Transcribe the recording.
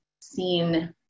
seen